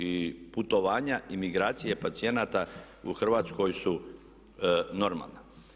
I putovanja i migracije pacijenata u Hrvatskoj su normalna.